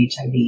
HIV